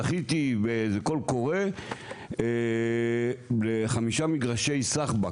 זכיתי באיזה קול קורא בחמישה מגרשי שחבק,